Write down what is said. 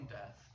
death